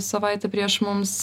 savaitę prieš mums